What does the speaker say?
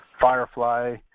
Firefly